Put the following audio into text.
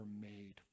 made